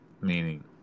meaning